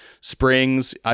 springs